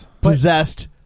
possessed